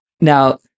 now